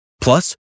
Plus